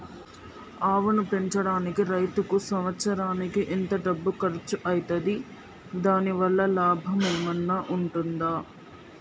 ఆవును పెంచడానికి రైతుకు సంవత్సరానికి ఎంత డబ్బు ఖర్చు అయితది? దాని వల్ల లాభం ఏమన్నా ఉంటుందా?